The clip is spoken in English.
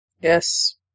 Yes